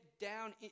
down